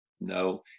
no